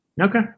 Okay